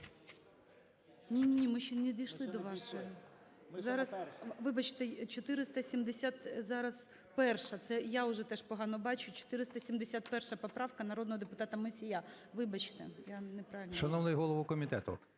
Ні-ні-ні, ми ще не дійшли до вашої. Вибачте, 471-а зараз, це я вже теж погано бачу. 471 поправка народного депутата Мусія. Вибачте, я неправильно…